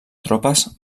tropes